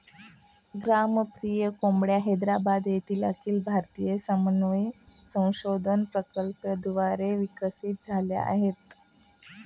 ग्रामप्रिया कोंबड्या हैदराबाद येथील अखिल भारतीय समन्वय संशोधन प्रकल्पाद्वारे विकसित झाल्या आहेत